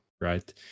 right